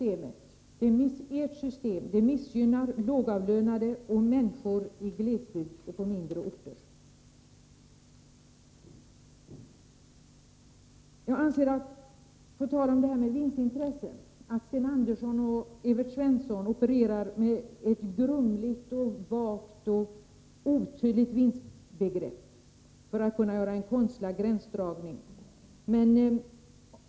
Ert system missgynnar lågavlönade och människor i glesbygd och på mindre orter. På tal om vinstintresse anser jag att Sten Andersson och Evert Svensson Nr 68 opererar med ett grumligt, vagt och otydligt vinstbegrepp, för att kunna göra Måndagen den en konstlad gränsdragning.